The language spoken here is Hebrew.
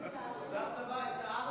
הוא עזב את הבית, לא?